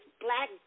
black